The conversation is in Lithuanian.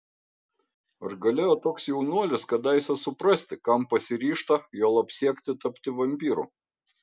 ar galėjo toks jaunuolis kadaise suprasti kam pasiryžta juolab siekti tapti vampyru